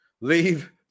Leave